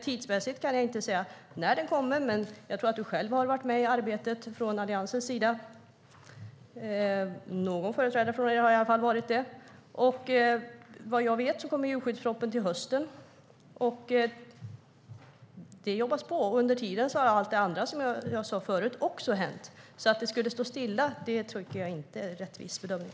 Tidsmässigt kan jag inte säga när den kommer, men jag tror att du själv har varit med i arbetet, Åsa Coenraads, från Alliansens sida. Någon företrädare från er har i alla fall varit det. Vad jag vet kommer djurskyddspropositionen till hösten. Det jobbas på. Under tiden har allt det andra som jag nämnde förut också hänt. Att det skulle stå stilla tycker jag inte är en rättvis bedömning.